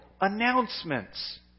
announcements